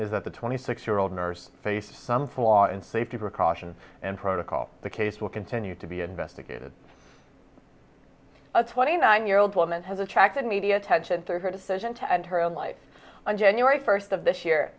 is at the twenty six year old nurse faced some flaw in safety precaution and protocol the case will continue to be investigated a twenty nine year old woman has attracted media attention for her decision to end her own life on january first of this year